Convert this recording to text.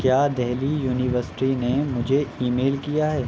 کیا دہلی یونیورسٹی نے مجھے ای میل کیا ہے